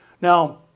Now